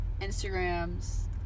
Instagrams